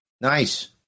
Nice